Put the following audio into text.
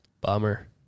Bummer